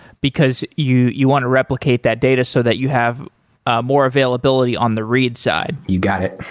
because you you want to replicate that data so that you have ah more availability on the read side. you got it.